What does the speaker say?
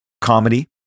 comedy